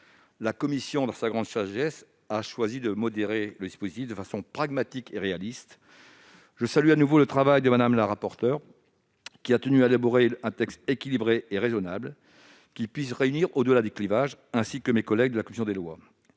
La commission, dans sa grande sagesse, a choisi de modérer le dispositif de façon pragmatique et réaliste. Je salue de nouveau le travail de Mme le rapporteur, qui a tenu à élaborer un texte équilibré et raisonnable, susceptible de rassembler mes collègues de la commission des lois